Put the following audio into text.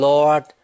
Lord